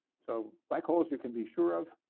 so like holes you can be sure of,